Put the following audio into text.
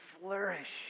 flourish